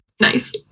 Nice